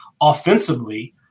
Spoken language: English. offensively